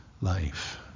life